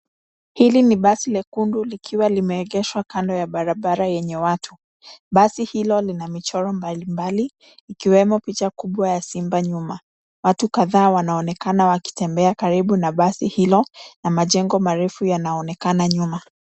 Hili ni basi lekundu likiwa limeegeshwa kando ya barabara yenye watu. Basi hilo lina michoro mbalimbali ikiwemo picha kubwa ya simba nyuma. Watu kadhaa wanaonekana wakitembea karibu na basi hilo na majengo marefu yanaonekana nyuma.